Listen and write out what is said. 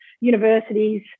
universities